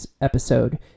episode